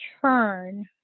turn